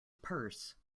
purse